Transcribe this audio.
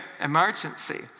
emergency